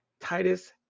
Titus